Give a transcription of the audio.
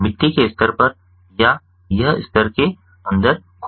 मिट्टी के स्तर पर या यह स्तर के अंदर खोदा गया है